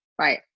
right